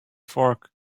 fork